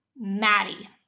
Maddie